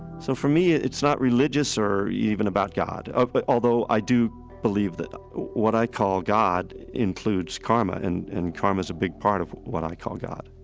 so for me, it's not religious or even about god, but although i do believe that what i call god includes karma and and karma is a big part of what i call god